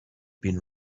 been